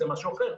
זה משהו אחר.